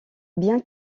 bien